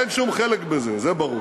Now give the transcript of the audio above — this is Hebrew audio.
אין שום חלק בזה, זה ברור.